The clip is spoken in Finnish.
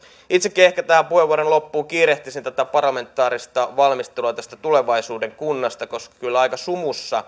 itsekin ehkä tähän puheenvuoron loppuun kiirehtisin parlamentaarista valmistelua tulevaisuuden kunnasta koska kyllä aika sumussa